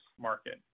market